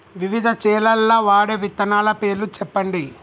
వివిధ చేలల్ల వాడే విత్తనాల పేర్లు చెప్పండి?